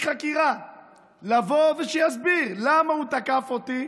חקירה הוא שיבוא ושיסביר למה הוא תקף אותי,